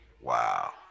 Wow